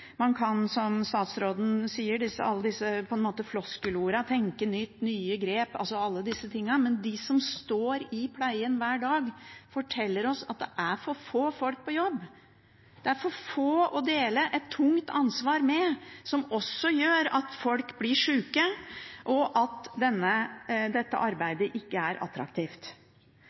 alle disse andre flosklene, «tenke nytt», «nye grep», som statsråden sier, men de som står i pleien hver dag, forteller oss at det er for få folk på jobb. Det er for få å dele et tungt ansvar med, noe som også gjør at folk blir syke, og at dette arbeidet ikke er attraktivt.